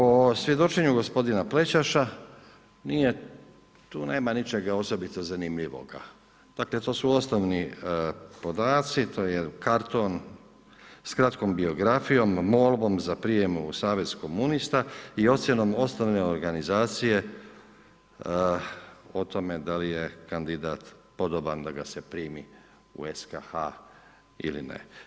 O svjedočenju gospodina Plećaša tu nema ničega osobito zanimljivoga, dakle to su osnovni podaci, to je jedan karton s kratkom biografijom i molbom za prijem u savez komunista i ocjenom osnovne organizacije o tome da li je kandidat podoban da ga se primi u SKH ili ne.